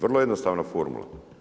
Vrlo jednostavna formula.